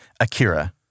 Akira